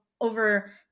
Over